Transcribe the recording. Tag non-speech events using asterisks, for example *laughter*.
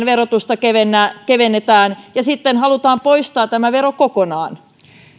*unintelligible* verotusta kevennetään ja sitten halutaan poistaa tämä vero kokonaan